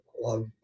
love